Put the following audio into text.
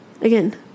again